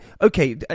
okay